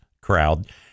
crowd